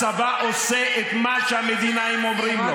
הצבא עושה את מה שהמדינאים אומרים לו.